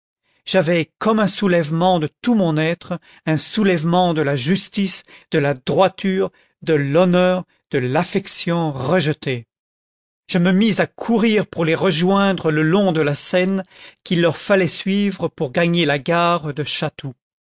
j'avais comme un soulèvement de tout mon être un soulèvement de la justice de la droiture de l'honneur de l'affection rejetée je me mis à courir pour les rejoindre le long de la seine qu'il leur fallait suivre pour gagner la gare de